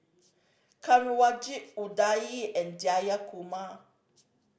Kanwaljit Udai and Jayakumar